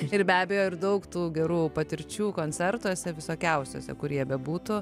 ir be abejo ir daug tų gerų patirčių koncertuose visokiausiose kur jie bebūtų